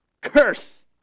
Curse